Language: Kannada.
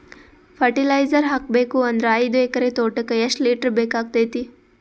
ಫರಟಿಲೈಜರ ಹಾಕಬೇಕು ಅಂದ್ರ ಐದು ಎಕರೆ ತೋಟಕ ಎಷ್ಟ ಲೀಟರ್ ಬೇಕಾಗತೈತಿ?